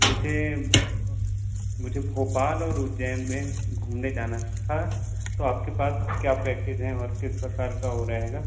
मुझे मुझे भोपाल और उज्जैन में घूमने जाना था तो आपके पास क्या पैकेज हैं और किस प्रकार का वो र हेगा